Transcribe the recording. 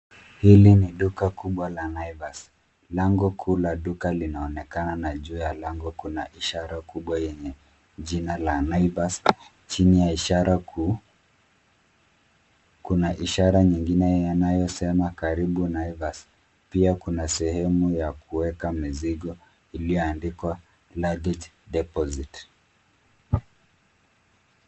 Hili ni duka kubwa la Naivas, lango kuu la duka linaonekana na juu ya lango kuna ishara kubwa yenye jina la Naivas. Chini ya ishara kuu, kuna ishara nyingine yanayosema karibu Naivas. Pia kuna sehemu ya kuweka mizigo iliyoandikwa luggage deposit .